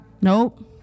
Nope